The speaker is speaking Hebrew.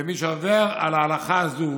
ומי שעובר על ההלכה הזו